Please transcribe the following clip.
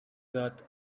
that